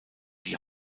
die